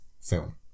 film